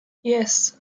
yes